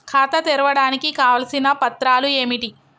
ఖాతా తెరవడానికి కావలసిన పత్రాలు ఏమిటి?